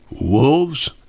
Wolves